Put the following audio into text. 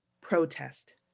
protest